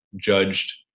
judged